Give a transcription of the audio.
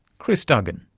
kris duggan.